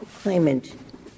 claimant